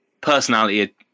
personality